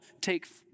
take